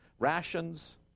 rations